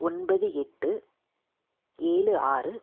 ஒன்பது எட்டு ஏழு ஆறு